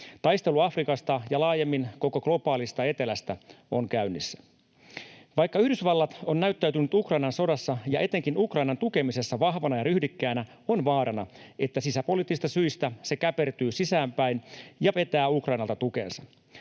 Taistelu Afrikasta ja laajemmin koko globaalista etelästä on käynnissä. Vaikka Yhdysvallat on näyttäytynyt Ukrainan sodassa ja etenkin Ukrainan tukemisessa vahvana ja ryhdikkäänä, on vaarana, että sisäpoliittisista syistä se käpertyy sisäänpäin ja vetää Ukrainalta tukensa.